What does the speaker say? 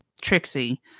Trixie